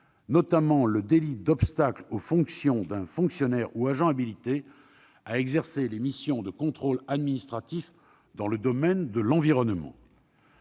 comme le délit d'obstacle aux fonctions d'un fonctionnaire ou agent habilité à exercer des missions de contrôle administratif dans le domaine de l'environnement.